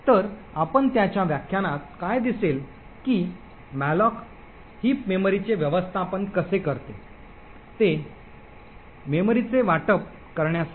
तर आपण या व्याख्यानात काय दिसेल की मॅलोक हीप मेमरीचे व्यवस्थापन कसे करते ते मेमरीचे वाटप कसे करते